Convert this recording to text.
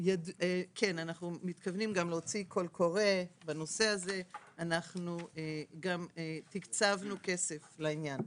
אנחנו מתכוונים להוציא קול קורא בנושא הזה וגם תקצבנו כסף לעניין,